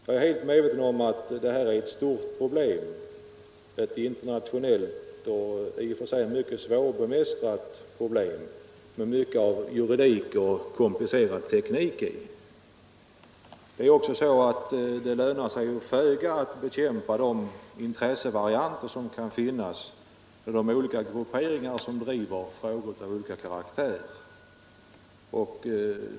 Jag är helt medveten om att det är ett stort och mycket svårbemästrat problem -— ett internationellt problem - med mycket juridik och komplicerad teknik i. Det är också så att det lönar sig föga att söka bekämpa de intressevarianter som kan finnas i de olika grupperingar som driver frågor av olika karaktär.